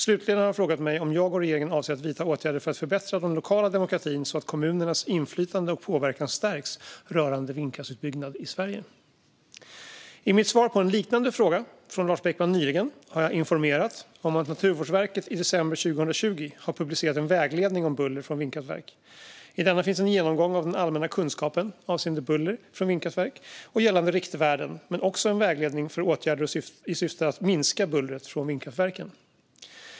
Slutligen har han frågat mig om jag och regeringen avser att vidta åtgärder för att förbättra den lokala demokratin så att kommunernas inflytande och påverkan stärks rörande vindkraftsutbyggnad i Sverige. I mitt svar på en liknade fråga från Lars Beckman nyligen har jag informerat om att Naturvårdsverket i december 2020 har publicerat en vägledning om buller från vindkraftverk. I denna finns en genomgång av den allmänna kunskapen avseende buller från vindkraftverk och gällande riktvärden men också en vägledning för åtgärder med syfte att minska bullret från vindkraftverken.